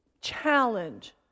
challenge